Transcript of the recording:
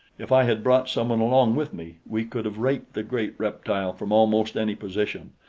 if i had brought someone along with me, we could have raked the great reptile from almost any position,